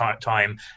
time